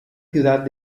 ciudad